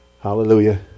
Hallelujah